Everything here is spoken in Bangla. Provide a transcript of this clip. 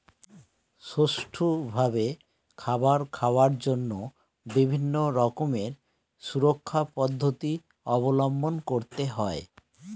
সুষ্ঠুভাবে খাবার খাওয়ার জন্য বিভিন্ন রকমের সুরক্ষা পদ্ধতি অবলম্বন করতে হয়